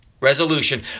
Resolution